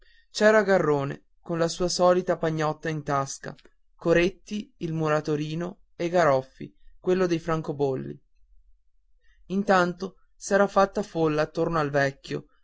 c'era garrone con la sua solita pagnotta in tasca coretti il muratorino e garoffi quello dei francobolli intanto s'era fatta folla intorno al vecchio